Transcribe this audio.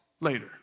later